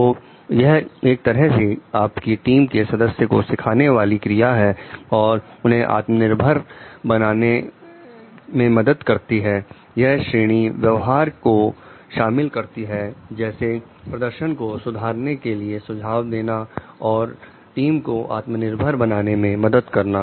तो यह एक तरह से आपकी टीम के सदस्य को सिखाने वाली क्रिया है और उन्हें आत्मनिर्भर बनाने में मदद करती है यह श्रेणी व्यवहार को शामिल करती है जैसे प्रदर्शन को सुधारने के लिए सुझाव देना और टीम को आत्मनिर्भर बनाने में मदद करना